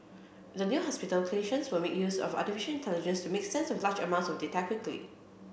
at the new hospital clinicians will make use of artificial intelligence to make sense of large amounts of data quickly